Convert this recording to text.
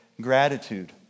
gratitude